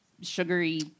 sugary